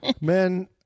Men